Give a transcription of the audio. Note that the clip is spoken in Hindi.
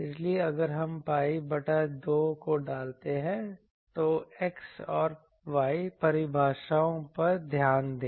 इसलिए अगर हम pi बटा 2 को डालते हैं तो X और Y परिभाषाओं पर ध्यान दें